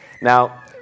Now